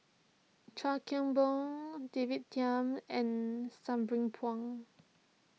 Chuan Keng Boon David Tham and Sabri Puang